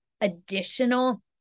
additional